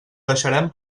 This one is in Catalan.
deixarem